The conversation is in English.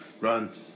Run